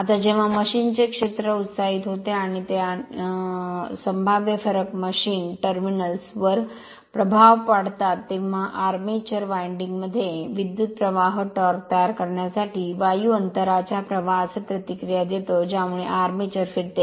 आता जेव्हा मशीन चे क्षेत्र उत्साहित होते आणि ते आणि संभाव्य फरक मशीन टर्मिनल्स वर प्रभाव पाडतात तेव्हा आर्मेचर winding मध्ये विद्युत् प्रवाह टॉर्क तयार करण्यासाठी वायु अंतराच्या प्रवाहासह प्रतिक्रिया देतो ज्यामुळे आर्मेचर फिरते